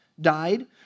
died